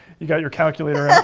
you got your calculator out.